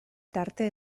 tarte